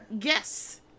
yes